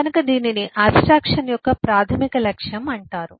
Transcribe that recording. కనుక దీనిని ఆబ్స్ట్రాక్షన్ యొక్క ప్రాథమిక లక్ష్యం అంటారు